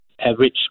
average